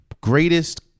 greatest